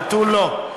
ותו לא.